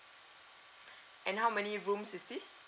and how many rooms is this